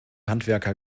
handwerker